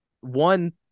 one